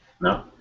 No